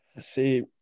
See